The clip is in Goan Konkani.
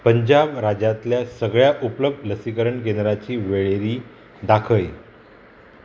पंजाब राज्यांतल्या सगळ्या उपलब्ध लसीकरण केंद्राची वेळेरी दाखय